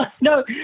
no